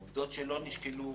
עובדות שלא נשקלו.